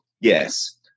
yes